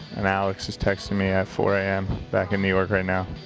and alex is texting me at four a m. back in new york right now.